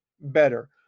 better